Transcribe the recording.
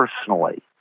personally